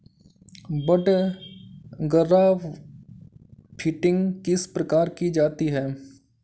बड grafting किस प्रकार की जाती है?